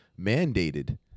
mandated